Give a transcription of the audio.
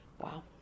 Wow